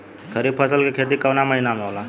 खरीफ फसल के खेती कवना महीना में होला?